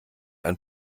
ein